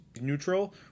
neutral